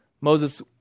Moses